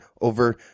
over